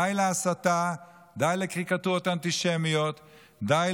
די להסתה, די לקריקטורות האנטישמיות, די